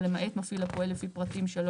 ולמעט מפעיל הפועל לפי פרטים (3),